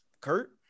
Kurt